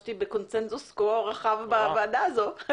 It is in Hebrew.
חשתי בקונצנזוס כה רחב בוועדה הזו.